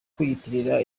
kwiyitirira